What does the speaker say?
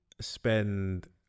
spend